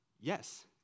Yes